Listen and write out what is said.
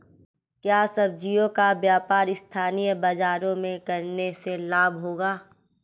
क्या सब्ज़ियों का व्यापार स्थानीय बाज़ारों में करने से लाभ होगा?